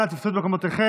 אנא תפסו את מקומותיכם.